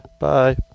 Bye